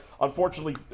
unfortunately